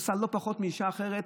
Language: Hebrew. עושה לא פחות מאישה אחרת,